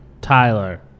Tyler